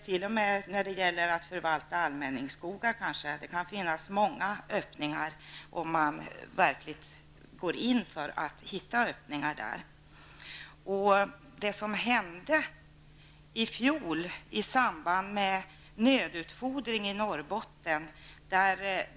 T.o.m. när det gäller att förvalta allmänningsskogar kan det finnas många öppningar om man verkligen går in för att finna sådana.